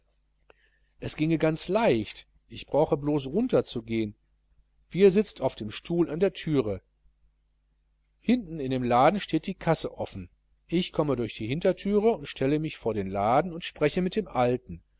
es ginge ganz leicht ich brauche blos nunter zu gehn wiehr sitzt auf dem stuhl an der thüre hinten auf dem laden steht die kasse offen ich komme durch die hinterthüre und stelle mich vor den laden und spreche mit dem alten